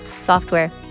software